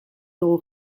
dugu